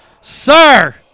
Sir